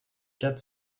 quatre